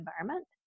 environment